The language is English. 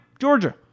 Georgia